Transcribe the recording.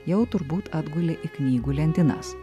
jau turbūt atgulė į knygų lentynas